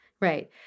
Right